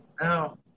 no